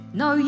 no